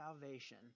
salvation